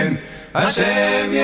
Hashem